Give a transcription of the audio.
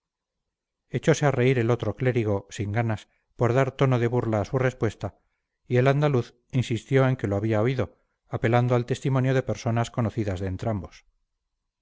echose a reír el otro clérigo sin ganas por dar tono de burla a su respuesta y el andaluz insistió en que lo había oído apelando al testimonio de personas conocidas